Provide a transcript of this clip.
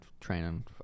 training